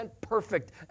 perfect